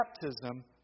baptism